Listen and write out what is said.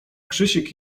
krzysiek